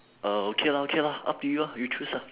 uh okay lah okay lah up to you ah you choose ah